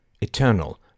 Eternal